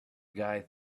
guy